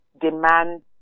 demand